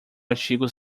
artigo